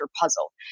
puzzle